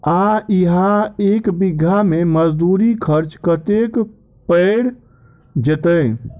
आ इहा एक बीघा मे मजदूरी खर्च कतेक पएर जेतय?